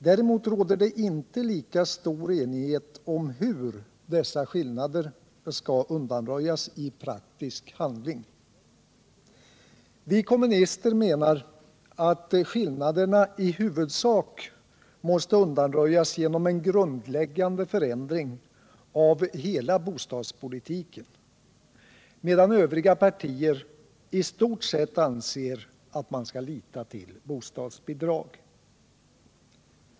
Däremot råder det inte lika stor enighet om hur dessa skillnader skall undanröjas i praktisk handling. Vi kommunister menar att skillnaderna i huvudsak måste undanröjas genom en grundläggande förändring av hela bostadspolitiken, me dan övriga partier i stort sett anser att man skall lita till bostadsbidrag.